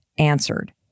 answered